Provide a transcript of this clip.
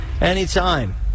Anytime